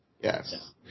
Yes